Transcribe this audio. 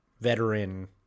veteran